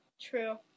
True